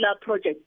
project